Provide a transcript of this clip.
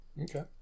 okay